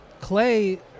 Clay